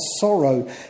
sorrow